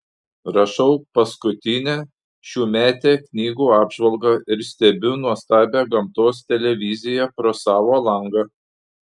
rašau paskutinę šiųmetę knygų apžvalgą ir stebiu nuostabią gamtos televiziją pro savo langą